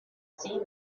see